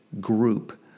group